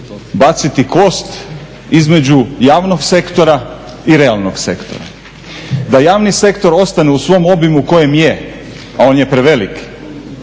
baciti kost između javnog sektora i realnog sektora. Da javni sektor ostane u svom obimu u kojem je, a on je prevelik,